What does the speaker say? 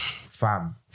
fam